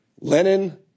Lenin